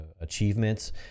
achievements